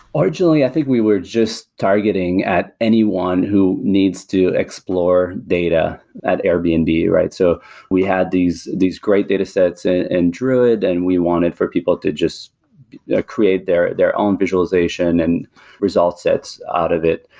originally, i think we were just targeting at anyone who needs to explore data at airbnb, right? so we had these these great data sets and and druid and we wanted for people to just create their their own visualization and result sets out of it.